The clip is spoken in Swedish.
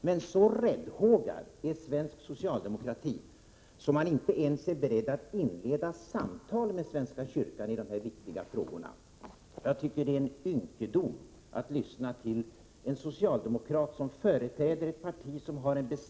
Men så räddhågad är svensk socialdemokrati att man inte ens är beredd att inleda samtal med svenska kyrkan i dessa viktiga frågor. Det är en ynkedom att höra en socialdemokrat — en företrädare för ett parti med en bestämd ståndpunkti = Prot.